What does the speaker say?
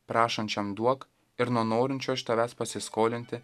prašančiam duok ir nuo norinčio iš tavęs pasiskolinti